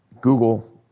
Google